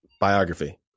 biography